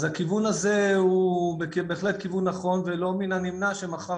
אז הכיוון הזה הוא בהחלט כיוון נכון ולא מן הנמנע שמחר